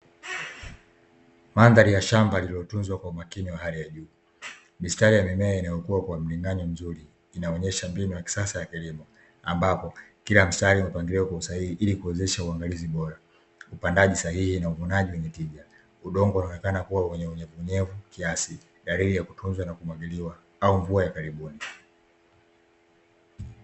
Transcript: Mandhari ya shamba lililotunwa kwa umakini wa hali ya juu mistari ya mimea inayokuwa kwa upangaji mzuri inaonyesha mbinu ya kisasa ya kilimo ambapo kila mstari umepangiliwa kwa usahihi ili kuwezesha uangalizi bora, upandaji sahihi na uvunaji wenye tija udongo unaonekana kuwa wenye unyevunyevu kiasi dalili ya kutunzwa na kumwagiliwa au mvua ya karibuni.